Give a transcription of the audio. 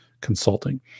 consulting